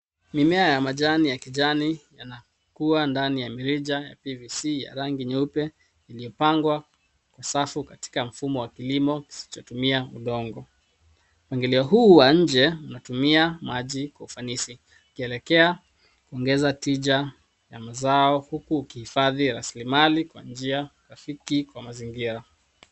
Mimea ya majani ya kijani yanakua ndani ya mirija ya PVC ya rangi nyeupe iliyopangwa kwa safu katika mfumo wa kilimo kisichotumia udongo. Mpangilio huu wa nje unatumia maji kwa ufanisi ikielekea kuongeza tija ya mazao huku ukihifadhi rasilimali kwa njia rafiki kwa mazingira.